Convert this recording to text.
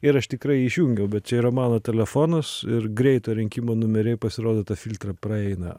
ir aš tikrai jį išjungiau bet čia yra mano telefonas ir greito rinkimo numeriai pasirodo tą filtrą praeina